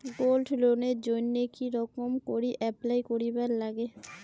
Gold লোনের জইন্যে কি রকম করি অ্যাপ্লাই করিবার লাগে?